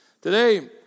Today